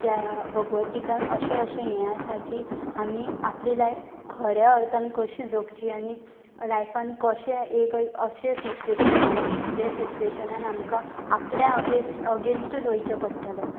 त्या भगवत गीतान अशें अशें हें आसा की आमी आपली लायफ खऱ्या अर्थान कशी जगची आनी लायफान कशें एक अशें सिचुएशन येता जे सिच्युएशनान आमकां आपलें अगेस्ट अगेन्स्टू दवरचें पडटलें